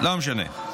לא משנה.